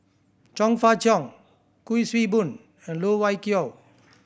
Chong Fah Cheong Kuik Swee Boon and Loh Wai Kiew